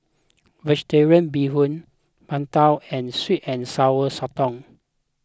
Vegetarian Bee Hoon Png Tao and Sweet and Sour Sotong